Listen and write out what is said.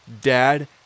Dad